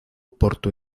porto